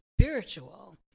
spiritual